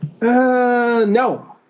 No